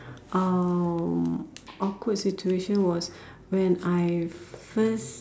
um awkward situation was when I first